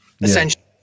essentially